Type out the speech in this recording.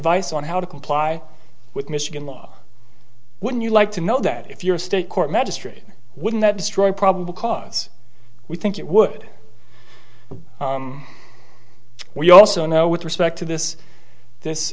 advice on how to comply with michigan law wouldn't you like to know that if you're a state court magistrate wouldn't that destroy probable cause we think it would we also know with respect to this this